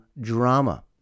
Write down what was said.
drama